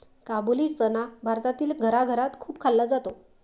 काबुली चना भारतातील घराघरात खूप खाल्ला जातो